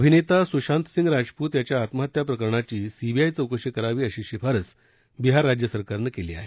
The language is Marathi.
अभिनेता सुशांतसिंग राजपूत याच्या आत्महत्या प्रकरणाची सीबीआय चौकशी करावी अशी शिफारस बिहार राज्य सरकारनं केली आहे